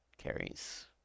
carries